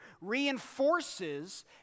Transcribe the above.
reinforces